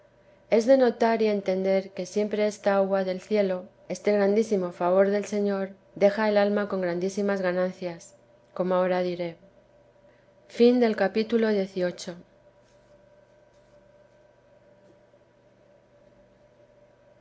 es de notar y entender que siempre esta agua del cielo este grandísimo favor del señor deja el alma con grandísimas ganancias como ahora diré capitulo